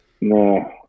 No